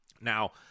Now